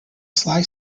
sly